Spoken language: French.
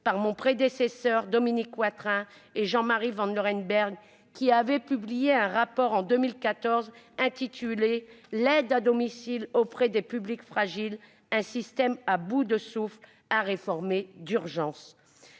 par mon prédécesseur Dominique Watrin et Jean-Marie Vanlerenberghe, dans un rapport de 2014 intitulé « L'aide à domicile auprès des publics fragiles : un système à bout de souffle à réformer d'urgence ».